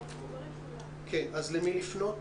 אנחנו כן רוצים להרחיב את השירות ולהגדיל אותו.